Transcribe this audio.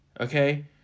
okay